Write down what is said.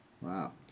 Wow